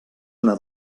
una